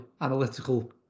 analytical